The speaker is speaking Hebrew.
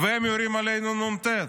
והם יורים עלינו נ"ט.